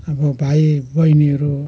अब भाइ बहिनीहरू